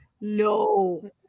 No